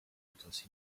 because